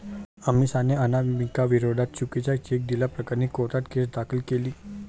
अमिषाने अनामिकाविरोधात चुकीचा चेक दिल्याप्रकरणी कोर्टात केस दाखल केली